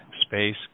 space